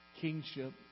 kingship